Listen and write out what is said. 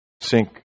sink